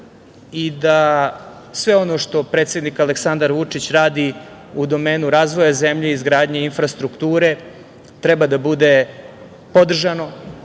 i da sve ono što predsednik Aleksandar Vučić radi u domenu razvoja zemlje i izgradnje infrastrukture treba da bude podržano